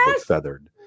feathered